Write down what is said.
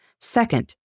Second